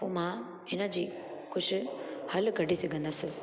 त पोइ मां हिनजी कुझु हल कढी सघंदसि